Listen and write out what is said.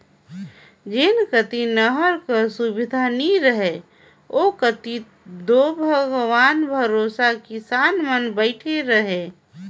जेन कती नहर कर सुबिधा नी रहें ओ कती दो भगवान भरोसे किसान मन बइठे रहे